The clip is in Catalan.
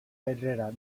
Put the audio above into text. pedrera